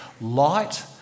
light